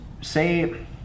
say